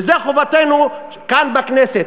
וזו חובתנו כאן בכנסת: